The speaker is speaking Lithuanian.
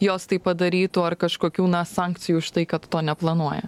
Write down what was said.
jos tai padarytų ar kažkokių sankcijų už tai kad to neplanuoja